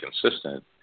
consistent